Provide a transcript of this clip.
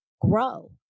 Grow